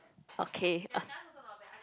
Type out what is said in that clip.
okay uh